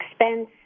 expense